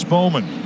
Bowman